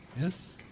yes